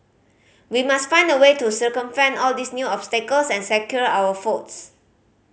we must find a way to circumvent all these new obstacles and secure our votes